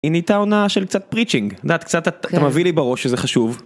היא נהייתה עונה של קצת פריצ'ינג את יודעת, קצת אתה מביא לי בראש שזה חשוב.